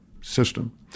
system